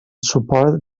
suport